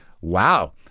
Wow